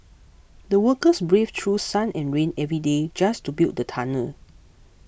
the workers braved through sun and rain every day just to build the tunnel